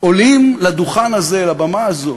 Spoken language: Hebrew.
עולים לדוכן הזה, לבמה הזו,